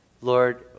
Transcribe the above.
Lord